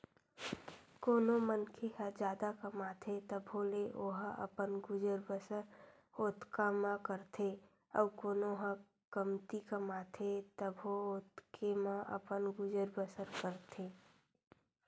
कोनो मनखे ह जादा कमाथे तभो ले ओहा अपन गुजर बसर ओतका म करथे अउ कोनो ह कमती कमाथे तभो ओतके म अपन गुजर बसर करथे